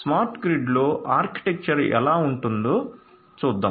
smart గ్రిడ్లో architecture ఎలా ఉంటుందో చూద్దాం